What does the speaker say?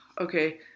Okay